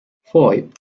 five